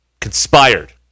Conspired